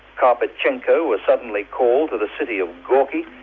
carpetchenko was suddenly called to the city of gorky,